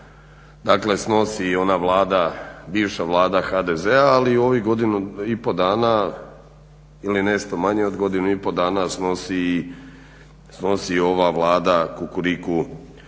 dio snosi i ona bivša vlada HDZ-a, ali i ovih godinu i pol dana ili nešto manje od godinu i pol dana snosi i ova Vlada Kukuriku